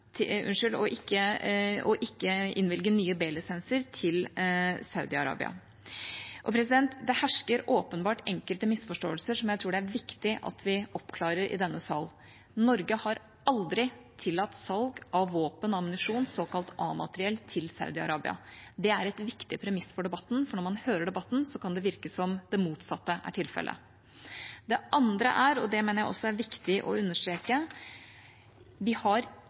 ikke innvilge nye B-lisenser til Saudi-Arabia. Det hersker åpenbart enkelte misforståelser, som jeg tror det er viktig at vi oppklarer i denne sal. Norge har aldri tillatt salg av våpen og ammunisjon, såkalt A-materiell, til Saudi-Arabia. Det er et viktig premiss for debatten, for når man hører debatten, kan det virke som om det motsatte er tilfellet. Det andre er, og det mener jeg også er viktig å understreke: Vi har